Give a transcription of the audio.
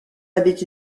avait